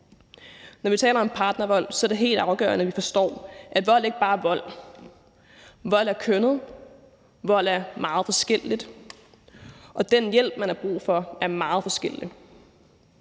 Når vi taler om partnervold, er det helt afgørende, at vi forstår, at vold ikke bare er vold: Vold er kønnet, vold er meget forskelligt, og den hjælp, man har brug for, er meget forskellig.